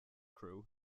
crewe